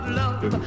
love